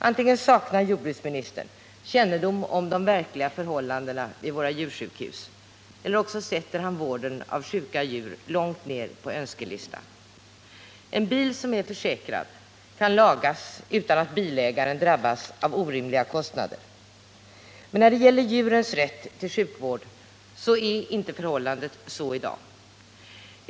Antingen saknar jordbruksministern kännedom om de verkliga förhållandena vid våra djursjukhus, eller också sätter han vården av sjuka djur långt ner på önskelistan. En bil som är försäkrad kan lagas utan att bilägaren drabbas av orimliga kostnader. När det gäller djurens rätt till sjukvård är inte förhållandet så i dag.